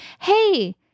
hey